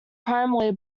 primarily